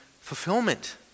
fulfillment